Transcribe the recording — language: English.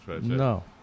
No